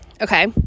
okay